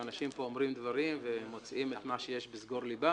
אנשים פה אומרים דברים ומוציאים את מה שיש על סגור ליבם,